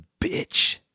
bitch